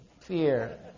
fear